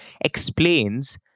explains